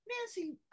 Nancy